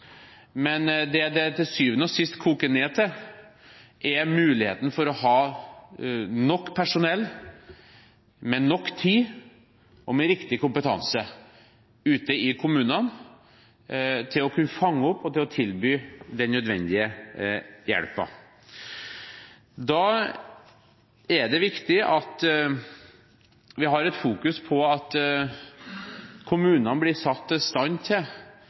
Men det det til syvende og siste koker ned til, er muligheten for å ha nok personell med nok tid og med riktig kompetanse ute i kommunene til å kunne fange opp og tilby den nødvendige hjelpen. Da er det viktig at vi fokuserer på at kommunene blir satt i stand til